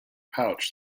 pouch